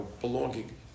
belonging